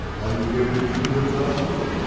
are you going to purify them?